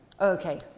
Okay